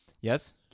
yes